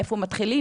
מאיפה מתחילים,